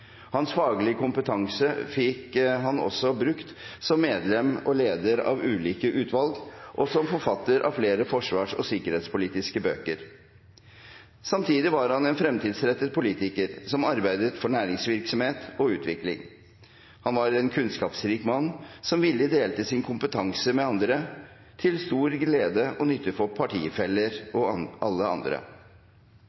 faglige kompetanse fikk han også brukt som medlem og leder av ulike utvalg og som forfatter av flere forsvars- og sikkerhetspolitiske bøker. Samtidig var han en fremtidsrettet politiker, som arbeidet for næringsvirksomhet og utvikling. Han var en kunnskapsrik mann, som villig delte sin kompetanse med andre, til stor glede og nytte for partifeller og alle andre.